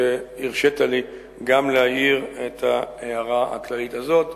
אני מודה לך על שהרשית לי גם להעיר את ההערה הכללית הזאת,